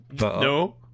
No